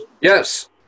yes